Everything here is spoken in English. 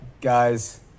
guys